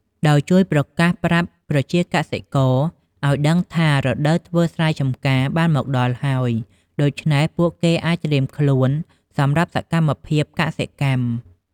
ដោយជួយប្រកាសប្រាប់ប្រជាកសិករ ឱ្យដឹងថា រដូវធ្វើស្រែចម្ការបានមកដល់ហើយ ដូច្នេះពួកគេអាចត្រៀមខ្លួនសម្រាប់សកម្មភាពកសិកម្ម។